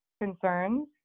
concerns